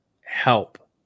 help